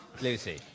Lucy